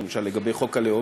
למשל לגבי חוק הלאום,